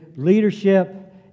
leadership